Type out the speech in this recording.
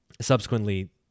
Subsequently